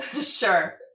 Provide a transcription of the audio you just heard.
Sure